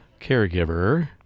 caregiver